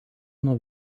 nuo